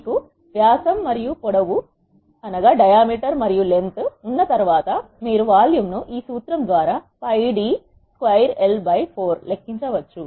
మీకు వ్యాసం మరియు పొడవు ఉన్న తర్వాత మీరు వాల్యూమ్ ను ఈ సూత్రం ద్వారా π d square l by 4 లెక్కించవచ్చు